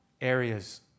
areas